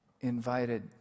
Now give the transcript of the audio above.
invited